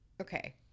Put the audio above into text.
Okay